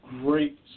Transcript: Great